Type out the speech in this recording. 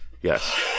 Yes